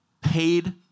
paid